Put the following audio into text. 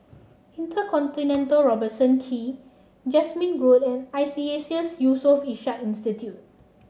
InterContinental Robertson Quay Jasmine Road and Iseas Yusof Ishak Institute